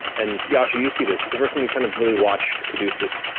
and yasha, you see this. it's the first time you've kind of really watched caduceus